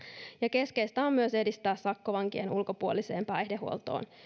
keskeistä on myös edistää sakkovankien ulkopuoliseen päihdehuoltoon